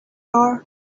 are